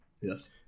Yes